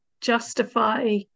justify